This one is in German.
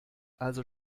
also